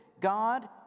God